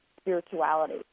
spirituality